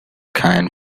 kind